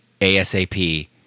ASAP